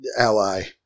Ally